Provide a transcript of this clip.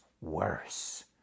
worse